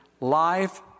life